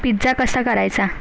pizza कसा करायचा